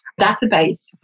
database